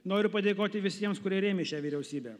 noriu padėkoti visiems kurie rėmė šią vyriausybę